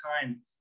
time